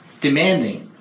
demanding